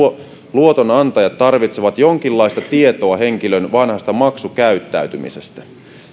luotonantajat tarvitsevat jonkinlaista tietoa henkilön vanhasta maksukäyttäytymisestä